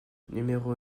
numéros